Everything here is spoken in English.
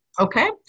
Okay